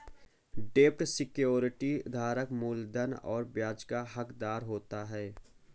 डेब्ट सिक्योरिटी धारक मूलधन और ब्याज का हक़दार होता है